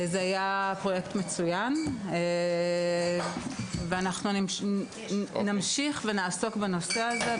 זה היה באמת פרויקט מצוין ואנחנו נמשיך ונעסוק בנושא הזה,